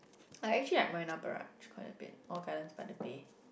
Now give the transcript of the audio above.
I actually like Marina-Barrage quite a bit or Gardens-by-the-Bay